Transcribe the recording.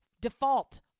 default